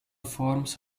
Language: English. forms